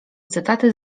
cytaty